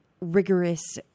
rigorous